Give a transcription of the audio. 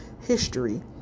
history